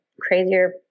crazier